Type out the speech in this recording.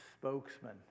spokesman